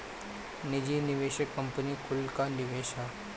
निजी निवेशक कंपनी कुल कअ निवेश हअ